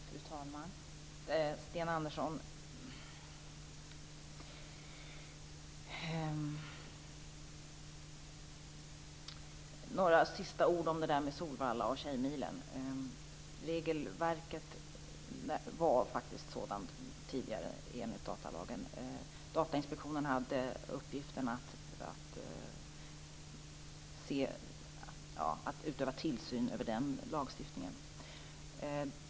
Fru talman! Sten Andersson! Jag vill säga några avslutande ord om Solvalla och Tjejmilen. Regelverket var sådant tidigare, enligt datalagen. Datainspektionen hade uppgiften att utöva tillsyn över den lagstiftningen.